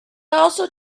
also